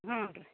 ಹ್ಞೂ